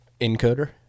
Encoder